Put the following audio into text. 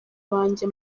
banjye